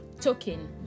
token